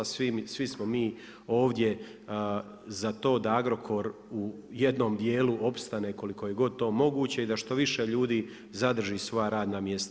Svi smo mi ovdje za to da Agrokor u jednom dijelu opstane koliko je god to moguće i da što više ljudi zadrži svoja radna mjesta.